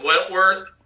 Wentworth